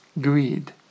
greed